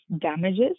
damages